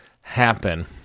happen